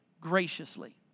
graciously